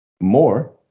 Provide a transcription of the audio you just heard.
more